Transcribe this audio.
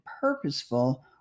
purposeful